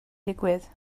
digwydd